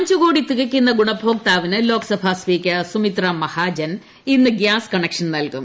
അഞ്ചു കോടി തികയ്ക്കുന്ന ഗുണഭോക്താവിന് ലോക്സഭ സ്പീക്കർ സുമിത്രാ മഹാജൻ ഇന്ന് ഗ്യാസ് കണ്ണക്ഷൻ നൽകും